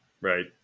Right